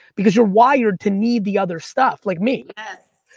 because you're wired to need the other stuff, like me. yes,